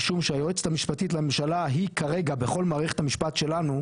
משום שהיועצת המשפטית לממשלה היא כרגע בכל מערכת המשפט שלנו,